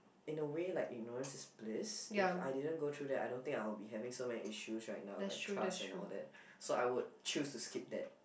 in a way like ignorance is bliss if I didn't go through that I don't think I'll be having so many issues right now like trust and all that so I would choose to skip that